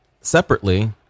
separately